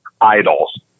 idols